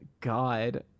god